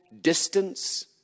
distance